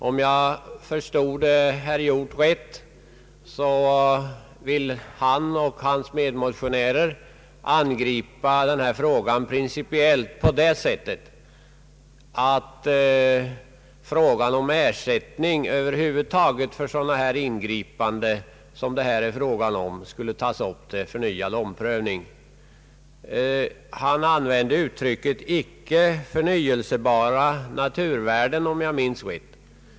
Om jag förstod herr Hjorth rätt vill han och hans medmotionärer angripa denna fråga principiellt på det sättet att frågan om ersättningen över huvud taget för sådana ingripanden som det här gäller skulle tas upp till förnyad prövning. Han använde uttrycket »icke förnyelsebara naturvärden», om jag minns rätt.